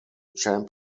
champ